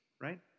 Right